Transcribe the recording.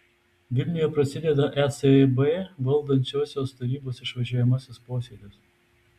vilniuje prasideda ecb valdančiosios tarybos išvažiuojamasis posėdis